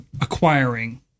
acquiring